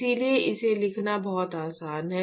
इसलिए इसे लिखना बहुत आसान है